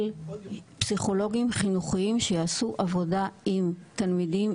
פסיכולוגים חינוכיים שיעשו עבודה עם תלמידים,